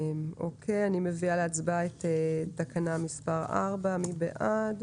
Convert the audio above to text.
אני מביאה להצבעה את תקנה מספר 4. מי בעד?